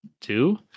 Two